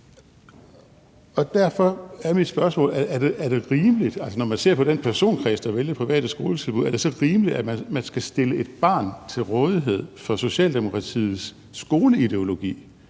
der vælger private skoletilbud, at man skal stille et barn til rådighed for Socialdemokratiets skoleideologi?